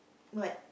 what